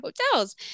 hotels